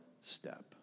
step